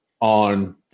on